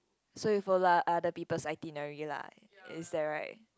so you follow ot~ other people's itinerary lah is that right